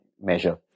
measure